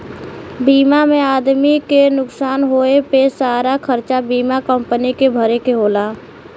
बीमा में आदमी के नुकसान होए पे सारा खरचा बीमा कम्पनी के भरे के होला